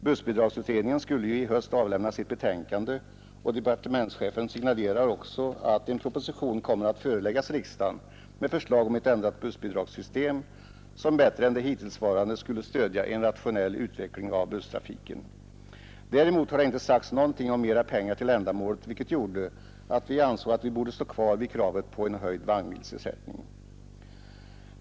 Bussbidragsutredningen skulle ju i höst avlämna sitt betänkande, och departementschefen signalerar också att en proposition kommer att föreläggas riksdagen med förslag om ett ändrat bussbidragssystem, som bättre än det hittillsvarande skulle stödja en rationell utveckling av busstrafiken. Däremot har det inte sagts någonting om mera pengar till ändamålet, vilket gjorde att vi ansåg att vi borde stå kvar vid kravet på en höjd vagnmilsersättning.